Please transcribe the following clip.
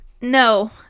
No